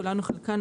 כולן או חלקן,